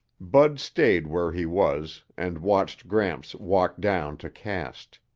bud stayed where he was and watched gramps walk down to cast.